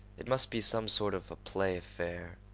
it must be some sort of a play affair.